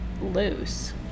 loose